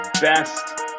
best